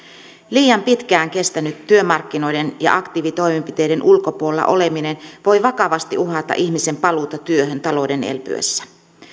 liian pitkään kestänyt työmarkkinoiden ja aktiivitoimenpiteiden ulkopuolella oleminen voi vakavasti uhata ihmisen paluuta työhön talouden elpyessä